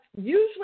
usually